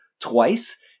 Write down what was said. twice